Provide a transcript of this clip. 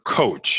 Coach